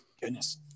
Goodness